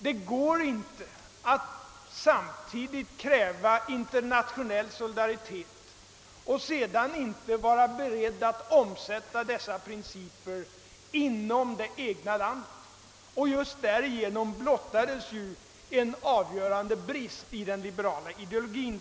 Det går inte att kräva internationell solidaritet och sedan inte vara beredd att omsätta den principen i praktiken inom det egna landet. Just därigenom blottades ju för väljarna en avgörande brist i den liberala ideologin.